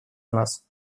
нас